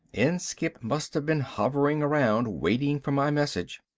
inskipp must have been hovering around waiting for my message.